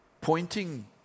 pointing